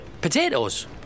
Potatoes